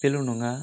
बेल' नङा